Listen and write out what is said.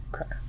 Okay